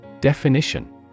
Definition